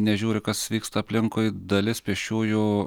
nežiūri kas vyksta aplinkui dalis pėsčiųjų